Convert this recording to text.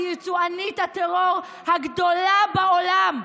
איראן היא יצואנית הטרור הגדולה בעולם.